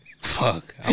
Fuck